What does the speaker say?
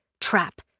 trap